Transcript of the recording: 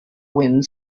wind